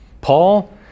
Paul